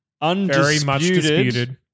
undisputed